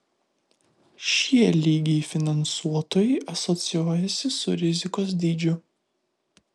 šie lygiai finansuotojui asocijuojasi su rizikos dydžiu